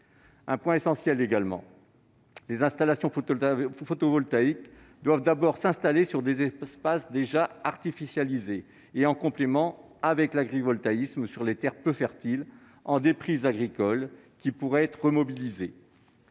point essentiel : les installations photovoltaïques doivent d'abord s'implanter sur des espaces déjà artificialisés ou, en complément avec l'agrivoltaïsme, sur des terres peu fertiles, en déprise agricole, qui pourraient être remobilisées.